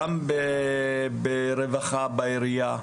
גם ברווחה, בעירייה,